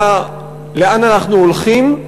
לאן אנחנו הולכים,